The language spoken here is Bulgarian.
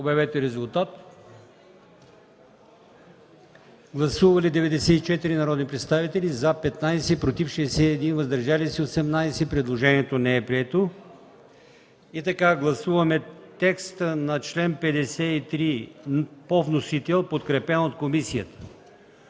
от комисията. Гласували 94 народни представители: за 15, против 61, въздържали се 18. Предложението не е прието. Гласуваме текста на чл. 53 по вносител, подкрепен от комисията.